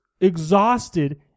exhausted